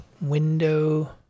window